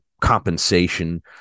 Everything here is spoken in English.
compensation